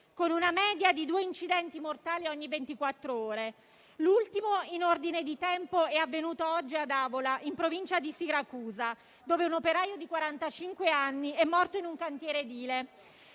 con una media di due incidenti mortali ogni ventiquattr'ore. L'ultimo, in ordine di tempo, è avvenuto oggi ad Avola, in provincia di Siracusa, dove un operaio di quarantacinque anni è morto in un cantiere edile,